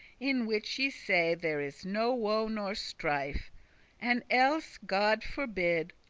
in which ye say there is no woe nor strife and elles god forbid,